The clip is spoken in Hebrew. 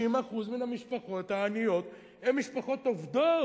זה פתוס של דיבור אבל 50% מהמשפחות העניות הן משפחות עובדות.